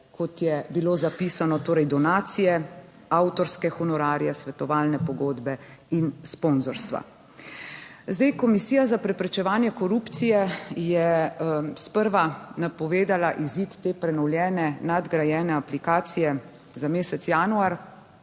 kot je bilo zapisano, torej donacije, avtorske honorarje, svetovalne pogodbe in sponzorstva. Zdaj, Komisija za preprečevanje korupcije je sprva napovedala izid te prenovljene, nadgrajene aplikacije za mesec januar.